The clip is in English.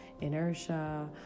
inertia